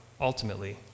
ultimately